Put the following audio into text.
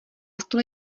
stole